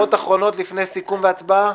הערות אחרונות לפני סיכום והצבעה?